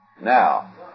Now